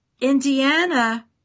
Indiana